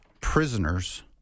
prisoners